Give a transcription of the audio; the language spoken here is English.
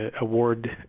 award